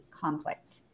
conflict